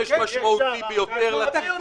זה עונש משמעותי ביותר לציבור.